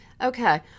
Okay